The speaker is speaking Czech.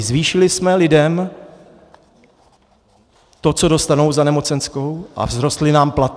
Zvýšili jsme lidem to, co dostanou za nemocenskou, a vzrostly nám platy.